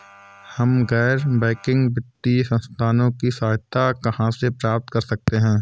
हम गैर बैंकिंग वित्तीय संस्थानों की सहायता कहाँ से प्राप्त कर सकते हैं?